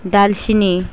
दालसिनि